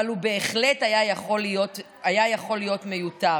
אבל הוא בהחלט היה יכול להיות מיותר.